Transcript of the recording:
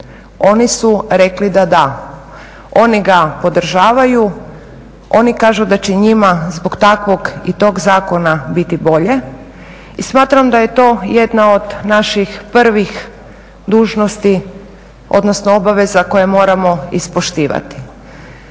Oni su rekli da da. Oni ga podržavaju, oni kažu da će njima zbog takvog i tog zakona biti bolje i smatram da je to jedna od naših prvih dužnosti odnosno obaveza koje moramo ispoštivati.